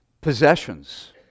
possessions